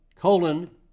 colon